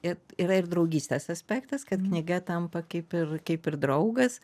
ir yra ir draugystės aspektas kad knyga tampa kaip ir kaip ir draugas